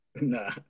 Nah